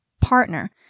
partner